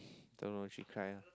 don't know she cry ah